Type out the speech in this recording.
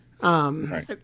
Right